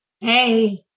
Hey